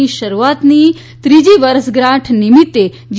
ની શરૂઆતની ત્રીજી વર્ષગાંઠ નિમિત્ત જી